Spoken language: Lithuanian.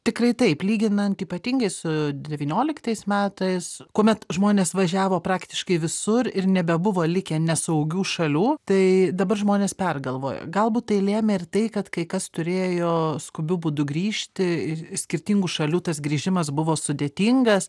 tikrai taip lyginant ypatingai su devynioliktais metais kuomet žmonės važiavo praktiškai visur ir nebebuvo likę nesaugių šalių tai dabar žmonės pergalvoja galbūt tai lėmė ir tai kad kai kas turėjo skubiu būdu grįžti ir skirtingų šalių tas grįžimas buvo sudėtingas